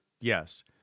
Yes